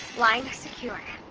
line secure.